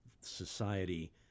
society